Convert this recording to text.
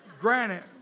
granted